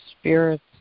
spirits